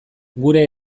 geure